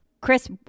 Chris